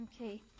Okay